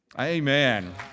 Amen